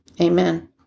Amen